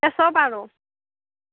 এই চব আৰু